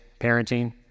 parenting